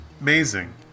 Amazing